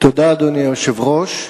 תודה, אדוני היושב-ראש.